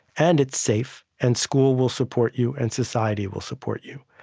and it's safe and school will support you and society will support you.